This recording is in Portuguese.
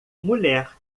mulher